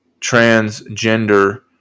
transgender